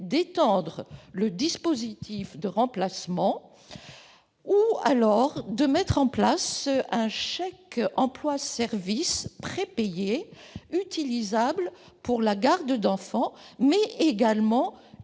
d'étendre le dispositif de remplacement ou de mettre en place un chèque emploi service prépayé utilisable pour la garde d'enfants, mais également